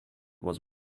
was